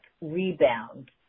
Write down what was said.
rebound